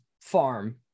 farm